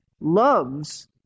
loves